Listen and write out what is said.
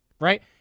right